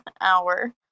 hour